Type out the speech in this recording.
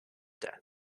death